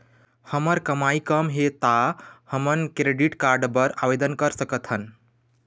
हमर कमाई कम हे ता हमन क्रेडिट कारड बर आवेदन कर सकथन?